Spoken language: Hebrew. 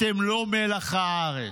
אתם לא מלח הארץ".